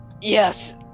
yes